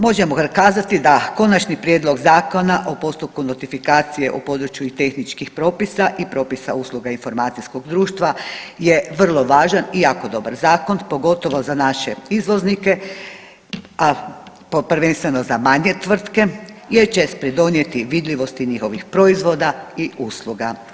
Možemo kazati da konačni prijedlog Zakona o postupku notifikacije u području i tehničkih propisa i propisa usluga informacijskog društva je vrlo važan i jako dobar zakon, pogotovo za naše izvoznike, a po prvenstveno za manje tvrtke jer će pridonijeti vidljivosti njihovih proizvoda i usluga.